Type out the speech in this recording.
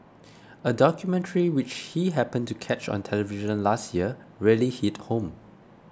a documentary which he happened to catch on television last year really hit home